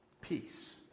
Peace